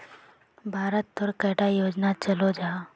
भारत तोत कैडा योजना चलो जाहा?